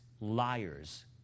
liars